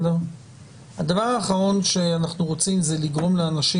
הדבר האחרון שאנחנו רוצים זה לגרום לאנשים